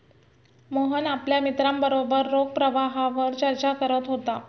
मोहन आपल्या मित्रांबरोबर रोख प्रवाहावर चर्चा करत होता